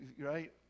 right